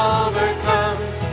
overcomes